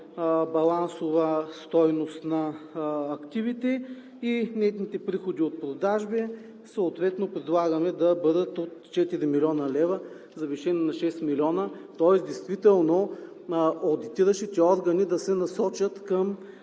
балансова стойност на активите и нетните приходи от продажби съответно предлагаме да бъдат от 4 млн. лв. завишени на 6 млн. Тоест действително одитиращите органи да се насочат към